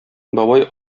бабай